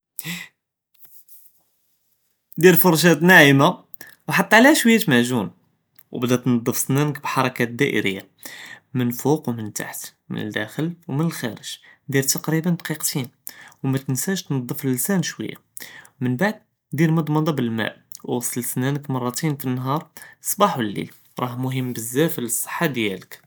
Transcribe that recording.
דיר פרשאה נעמָה، תחט עליה שוִיָה מעג׳ון، וולית תנְדף אסנאנכּ בּחַרכּאת דָאירִיָה، מלפוק ומלתחת، מדָאכּל ומלְחָארג׳، דיר תַקרִיבַּן דקִיקְתין، וְמתנסאש תנְדף לסאן שוִיָה، מנבּעד דיר מצְמצָה בּלמא، וְעְסל סנכּ מַרְתין לנהאר צבּאח וליל، ראה מֻהם בּזאף לצחַת דיאלכּ.